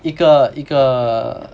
一个一个